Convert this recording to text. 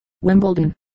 Wimbledon